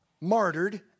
martyred